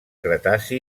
cretaci